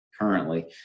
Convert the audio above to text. currently